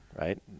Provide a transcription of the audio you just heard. right